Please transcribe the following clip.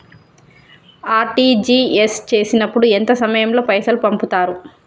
RTGS చేసినప్పుడు ఎంత సమయం లో పైసలు పంపుతరు?